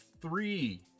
three